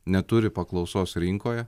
neturi paklausos rinkoje